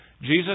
Jesus